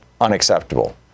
unacceptable